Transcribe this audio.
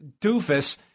doofus